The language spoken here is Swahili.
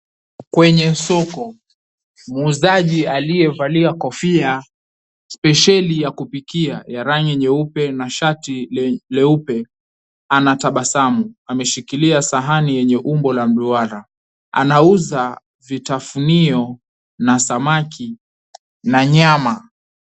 Kwenye soko muuzaji aliyevalia kofia spesheli ya kupikia ya rangi nyeupe na shati leupe ana tabasamu. Ameshikilia sahani yenye umbo ya duara. Anauza vitafunio, na samaki na nyama.